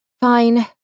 Fine